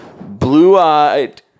blue-eyed